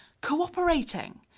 cooperating